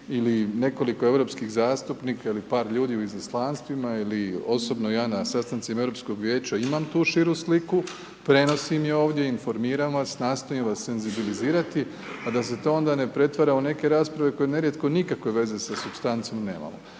ili nekoliko europskih zastupnika ili par ljudi u izaslanstvima, ili osobno ja na sastancima europskog Vijeća imam tu širu sliku, prenosim ju ovdje, informiram vas, nastojim vas senzibilizirati, a da se to onda ne pretvara u neke rasprave koje nerijetko nikakve veze sa supstancom nemamo.